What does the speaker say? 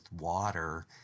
water